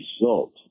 result